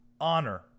honor